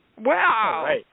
Wow